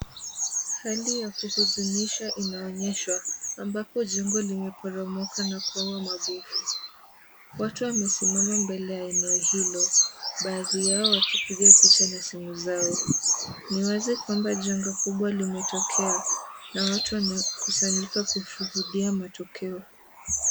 Hali ya kuhuzunisha inaonyeshwa, ambapo jengo limeporomoka na kuua mabofu. Watu wamesimama mbele ya eneo hilo, baadhi yao wakipiga picha na simu zao. Ni wazi kwamba jengo kubwa limetokea na watu wanakusanyika kushuhudia matokeo.